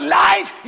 life